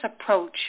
approach